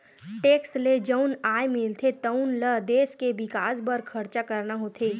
tax ले जउन आय मिलथे तउन ल देस के बिकास बर खरचा करना होथे